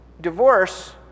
Divorce